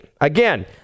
again